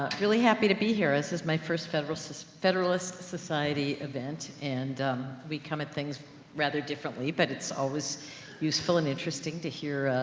ah really happy to be here. this is my first federal, so federalist society event and we come at things rather differently. but it's always useful and interesting to hear,